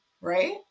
Right